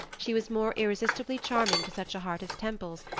she was more irresistibly charming to such a heart as temple's,